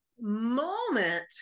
moment